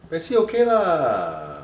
Patsy okay lah